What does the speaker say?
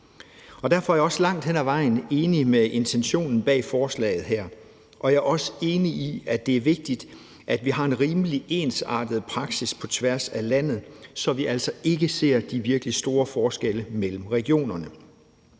Derfor er jeg også langt hen ad vejen enig i intentionen bag forslaget her, og jeg er også enig i, at det er vigtigt, at vi har en rimelig ensartet praksis på tværs af landet, så vi altså ikke ser de virkelig store forskelle mellem regionerne.